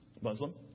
Muslim